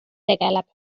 tegeleb